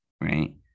right